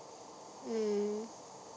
mm